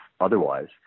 otherwise